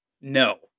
No